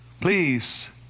Please